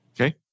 Okay